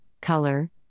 color